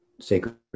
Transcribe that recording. sacred